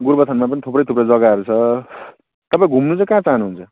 गोरुबथानमा पनि थुप्रै थुप्रै जगाहरू छ तपाईँ घुम्नु चाहिँ कहाँ चाहनु हुन्छ